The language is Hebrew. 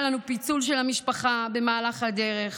היה לנו פיצול של המשפחה במהלך הדרך,